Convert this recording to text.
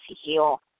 heal